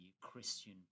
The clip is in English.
Christian